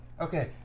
Okay